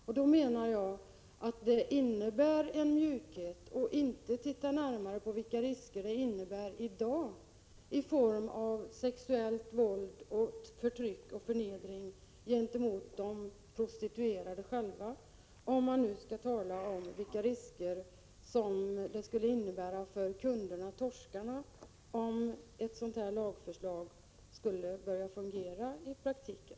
Jag menar att det innebär en sorts eftergivenhet att inte titta närmare på vilka risker detta innebär i dag i form av sexuellt våld, förtryck och förnedring för de prostituerade själva, liksom att inte tala om vad det skulle innebära för kunderna-torskarna om ett sådant här lagförslag skulle börja fungera i praktiken.